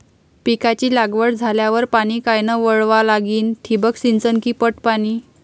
पिकाची लागवड झाल्यावर पाणी कायनं वळवा लागीन? ठिबक सिंचन की पट पाणी?